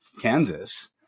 Kansas